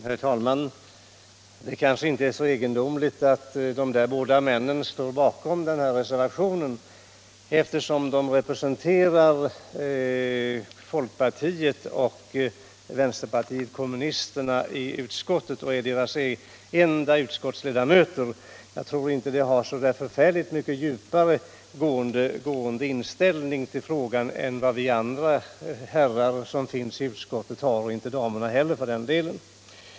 Herr talman! Det kanske inte är så egendomligt att de där båda männen står bakom reservationen, eftersom de är folkpartiets och vänsterpartiet kommunisternas enda representanter i utskottet. Jag tror inte att de har en så mycket djupare gående inställning till frågan än vi andra herrar i utskottet — och inte än damerna heller för den delen.